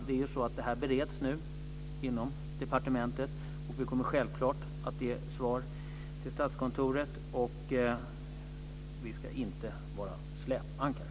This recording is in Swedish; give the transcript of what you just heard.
Detta bereds nu inom departementet. Vi kommer självklart att ge svar till Statskontoret. Vi ska inte vara släpankaret.